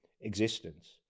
existence